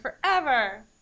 Forever